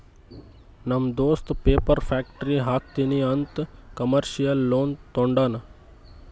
ನಮ್ ದೋಸ್ತ ಪೇಪರ್ದು ಫ್ಯಾಕ್ಟರಿ ಹಾಕ್ತೀನಿ ಅಂತ್ ಕಮರ್ಶಿಯಲ್ ಲೋನ್ ತೊಂಡಾನ